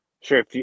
sure